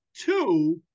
Two